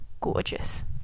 gorgeous